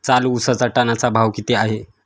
चालू उसाचा टनाचा भाव किती आहे?